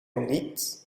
niet